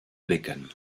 bacon